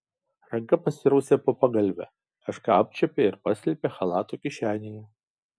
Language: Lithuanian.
ranka pasirausė po pagalve kažką apčiuopė ir paslėpė chalato kišenėje